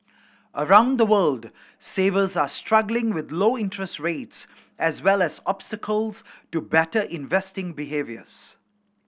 around the world savers are struggling with low interest rates as well as obstacles to better investing behaviours